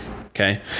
Okay